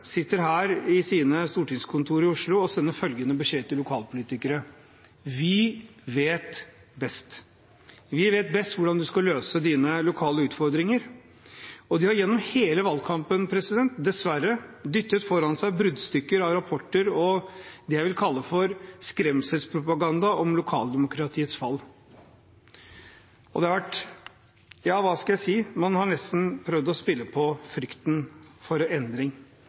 sitter her i sine stortingskontorer i Oslo og sender følgende beskjed til lokalpolitikere: Vi vet best. Vi vet best hvordan du skal løse dine lokale utfordringer. De har gjennom hele valgkampen dessverre dyttet foran seg bruddstykker av rapporter og det jeg vil kalle for skremselspropaganda om lokaldemokratiets fall. Ja, hva skal jeg si – man har nesten prøvd å spille på frykten for endring.